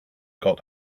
got